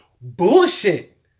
bullshit